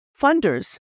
funders